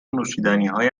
نوشیدنیهای